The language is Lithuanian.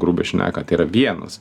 grubiai šnekant tai yra vienas